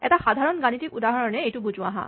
এটা সাধাৰণ গাণিতিক উদাহৰণেৰে এইটো বুজো আহা